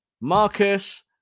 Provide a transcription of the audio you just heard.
Marcus